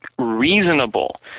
reasonable